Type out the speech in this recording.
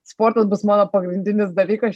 sportas bus mano pagrindinis dalykas